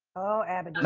oh, abigail.